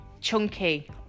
chunky